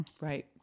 Right